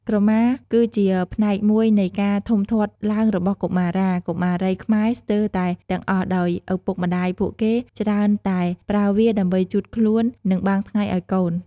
ក្រមាគឺជាផ្នែកមួយនៃការធំធាត់ឡើងរបស់កុមារា កុមារីខ្មែរស្ទើតែទាំងអស់ដោយឱពុកម្ដាយពួកគេច្រើនតែប្រើវាដើម្បីជូតខ្លួន និង បាំងថ្ងៃឱ្យកូន។។